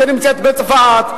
שנמצאת בצפת,